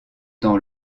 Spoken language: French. dans